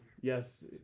yes